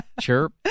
chirp